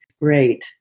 great